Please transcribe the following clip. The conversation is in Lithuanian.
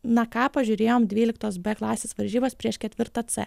na ką pažiūrėjom dvyliktos b klasės varžybas prieš ketvirtą c